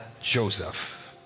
Joseph